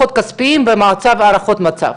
כספיים והערכות מצב.